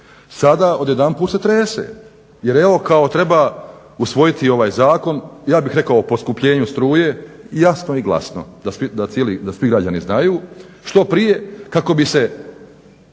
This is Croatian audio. Sada odjedanput se trese jer evo kao treba usvojiti ovaj zakon, ja bih rekao o poskupljenju struje jasno i glasno, da svi građani znaju, što prije kako bi se